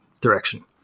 direction